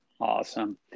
Awesome